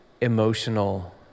emotional